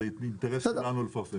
זה גם אינטרס שלנו לפרסם את זה.